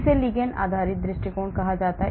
इसे लिगैंड आधारित दृष्टिकोण कहा जाता है